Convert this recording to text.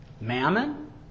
Mammon